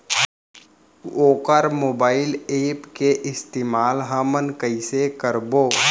वोकर mobile app के इस्तेमाल हमन कइसे करबो?